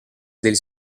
degli